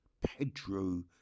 Pedro